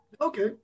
Okay